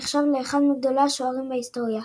הנחשב לאחד מגדולי השוערים בהיסטוריה.